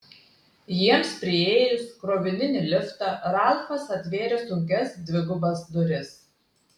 jiems priėjus krovininį liftą ralfas atvėrė sunkias dvigubas duris